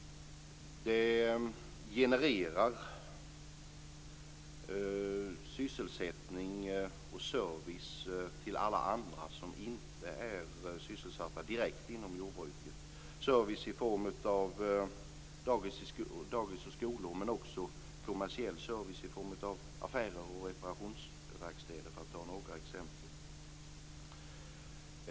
Det genererar sysselsättning och service till andra som inte är direkt sysselsatta inom jordbruket. Det gäller service i form av dagis och skolor men också kommersiell service i form av affärer och reparationsverkstäder, för att ge några exempel.